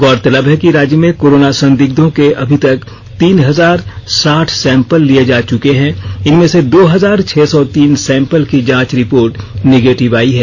गौरतलब है कि राज्य में कोरोना संदिग्घों के अभी तक तीन हजार साठ सैंपल लिए जा चुके हैं इनमें से दो हजार छह सौ तीन सैंपल की जांच रिपोर्ट निगेटिव आई है